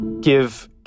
give